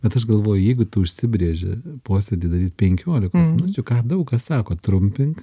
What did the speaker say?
bet aš galvoju jeigu tu užsibrėži posėdį daryt penkiolikos minučių ką daug kas sako trumpink